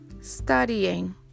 Studying